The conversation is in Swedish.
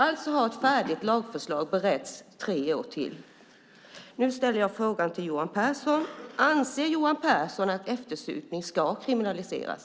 Alltså har ett färdigt lagförslag beretts i tre år till. Nu ställer jag frågan till Johan Pehrson: Anser Johan Pehrson att eftersupning ska kriminaliseras?